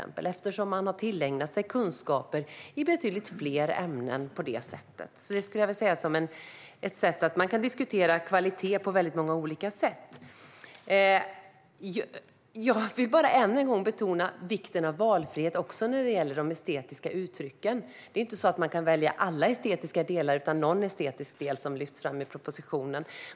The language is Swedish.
Man har ju då tillägnat sig kunskaper i betydligt fler ämnen på det sättet. Man kan diskutera kvalitet på många olika sätt. Jag vill än en gång betona vikten av valfrihet också när det gäller de estetiska uttrycken. Man kan inte välja alla de estetiska delarna utan bara någon av dem, vilket lyfts fram i propositionen.